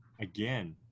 again